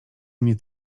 mnie